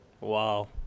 Wow